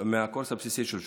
מהקורס הבסיסי של שוטרים,